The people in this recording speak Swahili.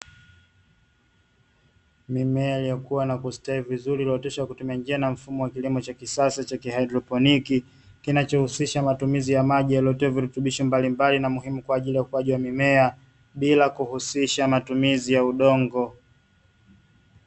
Mimea iliyokua na kustawi vizuri, iliyooteshwa kwa kutumia njia na mfumo wa kilimo cha kisasa cha kihaidroponi, kinachohusisha matumizi ya maji yaliyotiwa virutubisho mbalimbali kwa ajili ya ukuaji wa mimea, bila kuhusisha matumizi ya udongo.